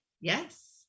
Yes